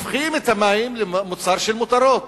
הופכים את המים למוצר של מותרות,